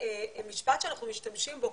המשפט שאנחנו משתמשים בו,